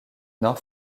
nord